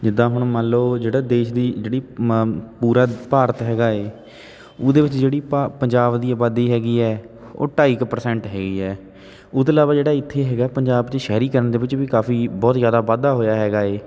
ਜਿੱਦਾਂ ਹੁਣ ਮੰਨ ਲਓ ਜਿਹੜਾ ਦੇਸ਼ ਦੀ ਜਿਹੜੀ ਮ ਪੂਰਾ ਭਾਰਤ ਹੈਗਾ ਏ ਉਹਦੇ ਵਿੱਚ ਜਿਹੜੀ ਭਾ ਪੰਜਾਬ ਦੀ ਆਬਾਦੀ ਹੈਗੀ ਹੈ ਉਹ ਢਾਈ ਕੁ ਪਰਸੈਂਟ ਹੈਗੀ ਏ ਉਹ ਤੋਂ ਇਲਾਵਾ ਜਿਹੜਾ ਇੱਥੇ ਹੈਗਾ ਪੰਜਾਬ ਦੀ ਸ਼ਹਿਰੀਕਰਨ ਦੇ ਵਿੱਚ ਵੀ ਕਾਫੀ ਬਹੁਤ ਜ਼ਿਆਦਾ ਵਾਧਾ ਹੋਇਆ ਹੈਗਾ ਏ